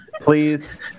please